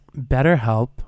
BetterHelp